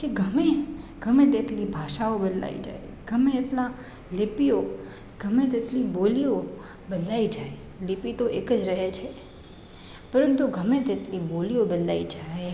કે ગમે ગમે તેટલી ભાષાઓ બદલાઈ જાય ગમે એટલાં લીપીઓ ગમે તેટલી બોલીઓ બદલાઈ જાય લિપિ તો એક જ રહે છે પરંતુ ગમે તેટલી બોલીઓ બદલાઈ જાય